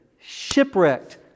shipwrecked